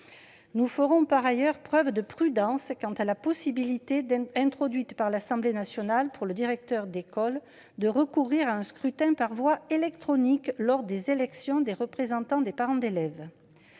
Nous ferons par ailleurs preuve de prudence quant à la possibilité, introduite par l'Assemblée nationale, pour le directeur d'école de recourir à un scrutin par voie électronique lors des élections des représentants des parents d'élèves.